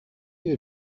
you